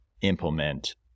implement